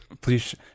please